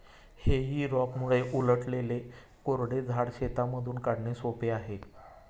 हेई रॅकमुळे उलटलेले कोरडे झाड शेतातून काढणे सोपे आहे